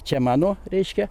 čia mano reiškia